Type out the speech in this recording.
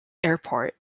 airport